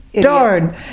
darn